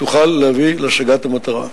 תוכל להביא להשגת המטרה.